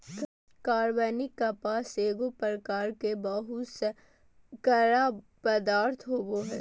कार्बनिक कपास एगो प्रकार के बहुशर्करा पदार्थ होबो हइ